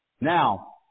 Now